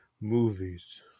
movies